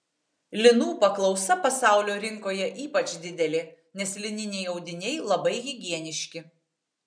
linų paklausa pasaulio rinkoje ypač didelė nes lininiai audiniai labai higieniški